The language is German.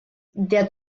der